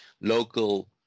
local